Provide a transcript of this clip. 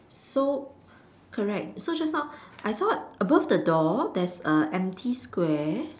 so correct so just now I thought above the door there's a empty square